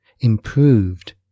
improved